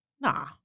nah